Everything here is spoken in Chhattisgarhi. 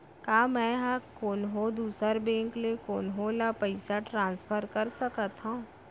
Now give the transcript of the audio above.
का मै हा कोनहो दुसर बैंक ले कोनहो ला पईसा ट्रांसफर कर सकत हव?